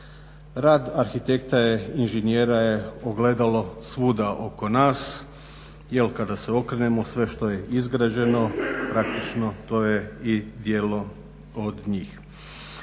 Rad arhitekta, inženjera je ogledalo svuda oko nas jer kada se okrenemo sve što je izgrađeno praktično to je i djelo od njih.